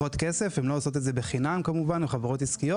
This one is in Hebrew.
עושות את זה בחינם, כמובן; הן חברות עסקיות.